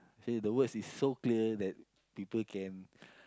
say the words is so clear that people can